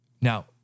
Now